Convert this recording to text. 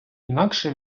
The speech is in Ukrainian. інакше